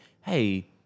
Hey